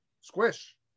Squish